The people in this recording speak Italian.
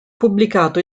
pubblicato